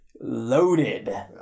loaded